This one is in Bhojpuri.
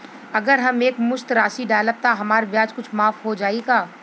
अगर हम एक मुस्त राशी डालब त हमार ब्याज कुछ माफ हो जायी का?